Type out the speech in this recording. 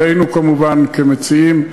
עלינו כמובן כמציעים.